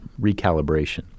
recalibration